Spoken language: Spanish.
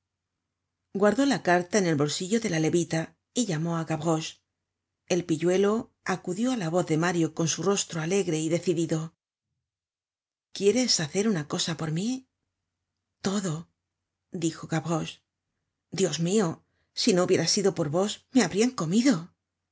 guardó la cartera en el bolsillo de la levita y llamó á gavroche el pilludo acudió á la voz de mario con su rostro alegre y decidido quieres hacer una cosa por mí todo dijo gavroche dios mio si no hubiera sido por vos me habrian comido ves